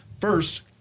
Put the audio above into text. first